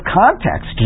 context